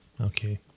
Okay